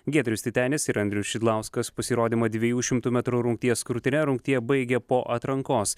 giedrius titenis ir andrius šidlauskas pasirodymą dviejų šimtų metrų rungties krūtine rungtyje baigė po atrankos